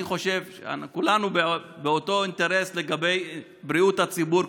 אני חושב שלכולנו אותו אינטרס לגבי בריאות הציבור,